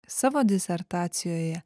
savo disertacijoje